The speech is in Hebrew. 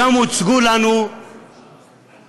הוצגו לנו שקפים,